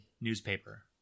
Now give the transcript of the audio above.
newspaper